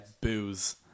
booze